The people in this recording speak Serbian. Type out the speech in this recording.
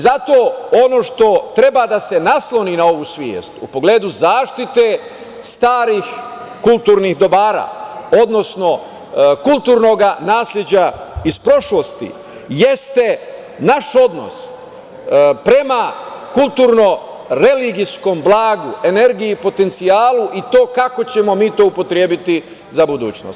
Zato, ono što treba da se nasloni na ovu svest u pogledu zaštite starih kulturnih dobara, odnosno kulturnog nasleđa iz prošlosti, jeste naš odnos prema kulturno religijskom blagu, energiji i potencijalu, i to kako ćemo mi to upotrebiti za budućnost.